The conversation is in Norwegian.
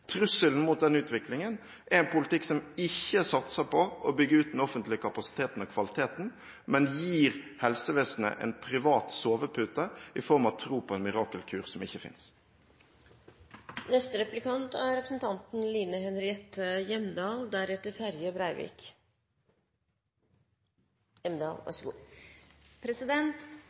Trusselen mot den utviklingen er en politikk som ikke satser på å bygge ut den offentlige kapasiteten og kvaliteten, men gir helsevesenet en privat sovepute i form av tro på en mirakelkur som ikke